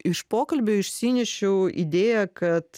iš pokalbio išsinešiau idėją kad